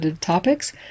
topics